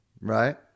right